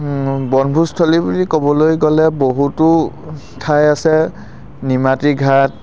বনভোজস্থলী বুলি ক'বলৈ গ'লে বহুতো ঠাই আছে নিমাটি ঘাট